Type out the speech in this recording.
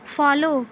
follow